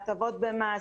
הטבות במס,